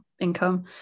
income